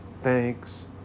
thanks